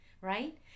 Right